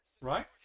Right